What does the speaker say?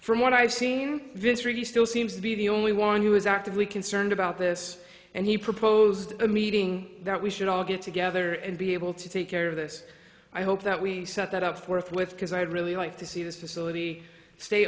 from what i've seen vince really still seems to be the only one who is actively concerned about this and he proposed a meeting that we should all get together and be able to take care of this i hope that we set that up forthwith because i would really like to see this facility stay